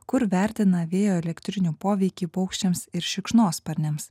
kur vertina vėjo elektrinių poveikį paukščiams ir šikšnosparniams